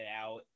out